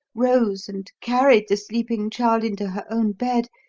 rose and carried the sleeping child into her own bed,